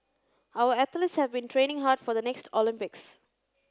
our athletes have been training hard for the next Olympics